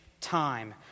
time